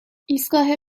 ایستگاه